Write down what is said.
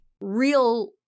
real